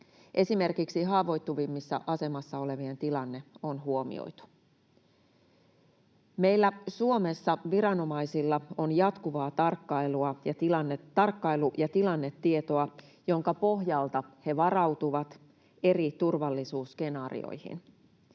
Esimerkiksi haavoittuvimmassa asemassa olevien tilanne on huomioitu. Meillä Suomessa viranomaisilla on jatkuvaa tarkkailu- ja tilannetietoa, jonka pohjalta he varautuvat eri turvallisuusskenaarioihin.